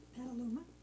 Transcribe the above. Petaluma